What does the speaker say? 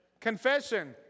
Confession